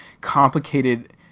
complicated